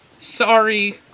sorry